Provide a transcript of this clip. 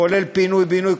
כולל פינוי-בינוי,